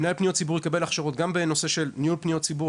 מנהל פניות ציבור יקבל הכשרות גם בנושא של ניהול פניות ציבור,